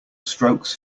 strokes